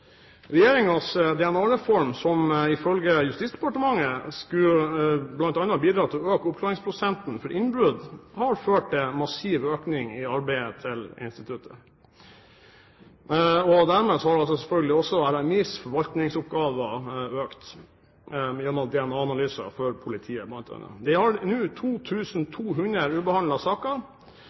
som ifølge Justisdepartementet bl.a. skulle bidra til å øke oppklaringsprosenten for innbrudd, har ført til massiv økning i arbeidet til instituttet, og dermed har selvfølgelig også RMIs forvaltningsoppgaver økt, bl.a. gjennom DNA-analyser for politiet. De har nå 2 200 ubehandlede saker,